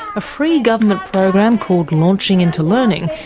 a free government program called launching into learning,